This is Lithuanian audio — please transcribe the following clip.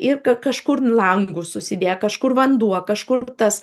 ir ka kažkur langus susidėję kažkur vanduo kažkur tas